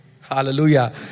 Hallelujah